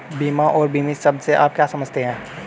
बीमा और बीमित शब्द से आप क्या समझते हैं?